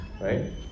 Right